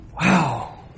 Wow